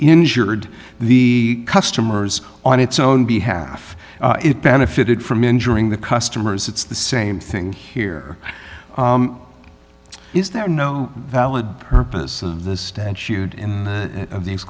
injured the customers on its own behalf it benefited from injuring the customers it's the same thing here is there no valid purpose of the statute in the